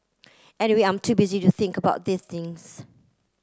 anyway I'm too busy to think about these things